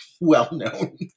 well-known